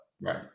Right